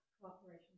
Cooperation